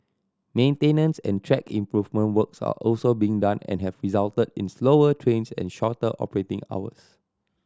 maintenance and track improvement works are also being done and have resulted in slower trains and shorter operating hours